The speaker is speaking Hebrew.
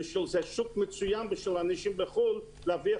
וזה שוק מצוין בשביל אנשים בחו"ל להרוויח